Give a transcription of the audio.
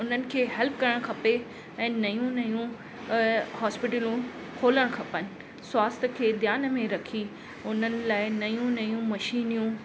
उन्हनि खे हेल्प करणु खपे ऐं नयूं नयूं अ हॉस्पिटलूं खोलणु खपनि स्वस्थ्य खे ध्यानु में रखी उन्हनि लाइ नयूं नयूं मशीनियूं